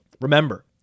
Remember